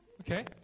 okay